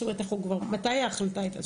זאת אומרת מתי ההחלטה היתה,